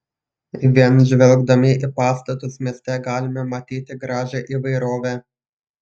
vien žvelgdami į pastatus mieste galime matyti gražią įvairovę